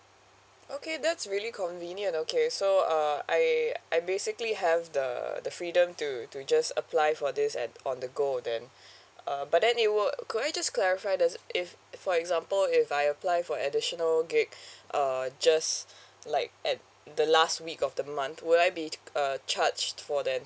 okay that's really convenient okay so uh I I basically have the the freedom to to just apply for this at on the go then uh but then it will could I just clarify there's if for example if I apply for additional gig uh just like at the last week of the month would I be uh charged for that